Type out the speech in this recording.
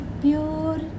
pure